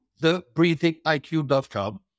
thebreathingiq.com